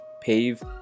PAVE